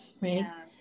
right